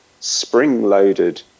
spring-loaded